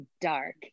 dark